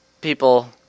people